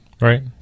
Right